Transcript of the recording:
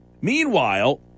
Meanwhile